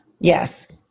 yes